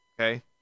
Okay